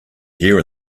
here